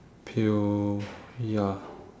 pale ya